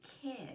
kid